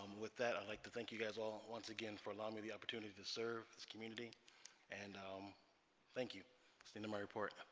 with that i'd like to thank you guys all once again for allowing me the opportunity to serve this community and um thank you to and my report